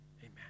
Amen